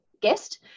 guest